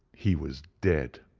he was dead!